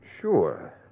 Sure